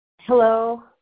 hello